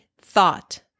thought